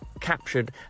captured